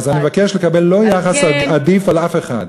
על כן, אז אני מבקש לקבל יחס לא עדיף על אף אחד.